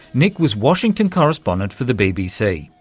nick was washington correspondent for the bbc.